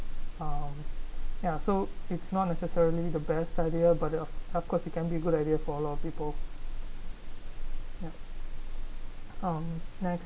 um ya so it's not necessarily the best idea but of course it can be good idea for a lot of people yup um next